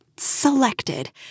selected